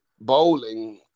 bowling